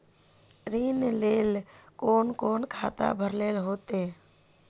ऋण लेल कोन कोन खाता भरेले होते?